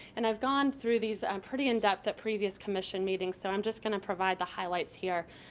and i've gone through these pretty in depth at previous commission meetings, so i'm just going to provide the highlights here.